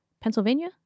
Pennsylvania